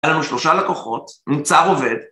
היה לנו שלושה לקוחות, מוצר עובד.